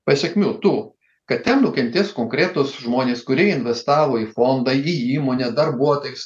pasekmių tų kad ten nukentės konkretūs žmonės kurie investavo į fondą į įmonę darbuotojus